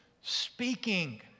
speaking